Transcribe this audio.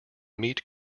meet